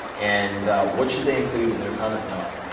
and what should they include in their comment, noah?